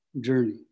journey